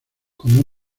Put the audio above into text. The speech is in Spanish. como